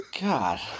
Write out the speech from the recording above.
God